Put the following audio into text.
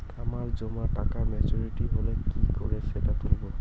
আমার জমা টাকা মেচুউরিটি হলে কি করে সেটা তুলব?